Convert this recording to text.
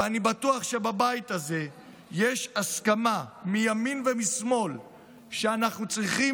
ואני בטוח שבבית הזה יש הסכמה מימין ומשמאל שאנחנו צריכים